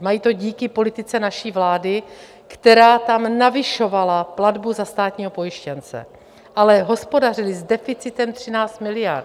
Mají to díky politice naší vlády, která tam navyšovala platbu za státního pojištěnce, ale hospodařili s deficitem 13 miliard.